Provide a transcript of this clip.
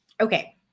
Okay